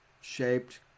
shaped